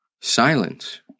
Silence